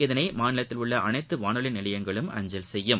இதனை மாநிலத்தில் உள்ள அனைத்து வானொலி நிலையங்களும் அஞ்சல் செய்யும்